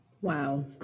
Wow